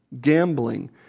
gambling